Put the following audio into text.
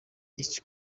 ice